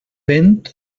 vent